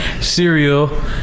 cereal